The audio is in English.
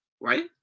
right